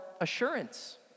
assurance